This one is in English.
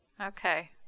Okay